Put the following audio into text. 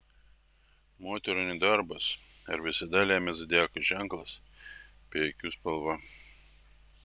moterų nedarbas ar visada lemia zodiako ženklas bei akių spalva